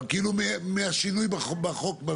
זה כאילו מהשינוי בחוק.